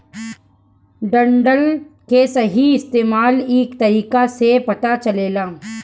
डंठल के सही इस्तेमाल इ तरीका से पता चलेला